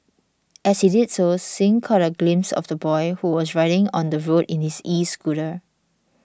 as he did so Singh caught a glimpse of the boy who was riding on the road in his escooter